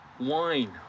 Wine